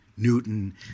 Newton